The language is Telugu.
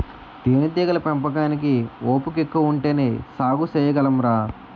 తేనేటీగల పెంపకానికి ఓపికెక్కువ ఉంటేనే సాగు సెయ్యగలంరా